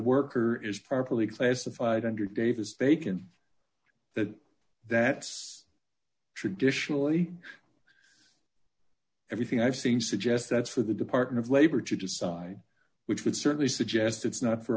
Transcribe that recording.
worker is properly classified under davis bacon that that's traditionally everything i've seen suggests that's for the department of labor to decide which would certainly suggest it's not for